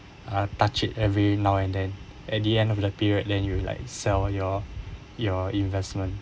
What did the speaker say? uh touch it every now and then at the end of the period then you will like sell your your investment